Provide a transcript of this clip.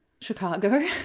Chicago